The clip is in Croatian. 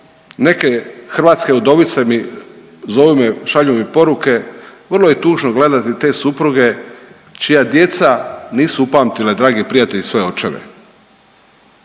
neke hrvatske udovice me zovu, šalju mi poruke, vrlo je tužno gledati te supruge čija djeca nisu upamtila dragi prijatelji svoje očeve.